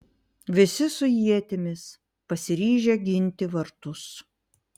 visi su ietimis pasiryžę ginti vartus